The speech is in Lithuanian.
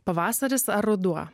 pavasaris ar ruduo